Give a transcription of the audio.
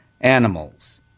animals